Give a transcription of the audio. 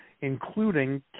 including